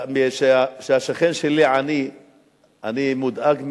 כשהשכן שלי עני אני מודאג מאוד,